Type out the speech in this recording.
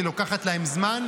היא לוקחת להם זמן,